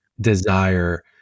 desire